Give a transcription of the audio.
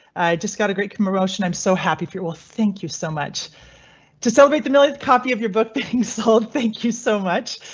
just got a great commotion. i'm so happy if you will thank you so much to celebrate the millionth copy of your book being sold. thank you so much.